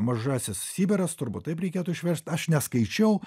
mažasis sibiras turbūt taip reikėtų išverst aš neskaičiau